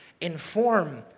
inform